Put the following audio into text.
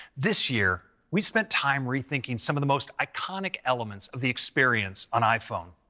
this year we've spent time rethinking some of the most iconic elements of the experience on iphone.